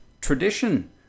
tradition